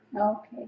Okay